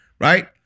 right